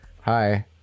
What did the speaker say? Hi